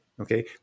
Okay